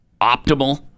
optimal